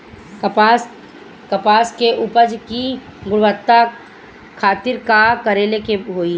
कपास के उपज की गुणवत्ता खातिर का करेके होई?